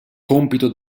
compito